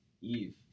Eve